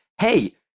hey